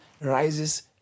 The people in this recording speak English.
rises